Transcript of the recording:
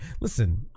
Listen